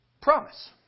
Promise